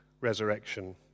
resurrection